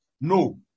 No